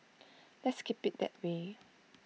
let's keep IT that way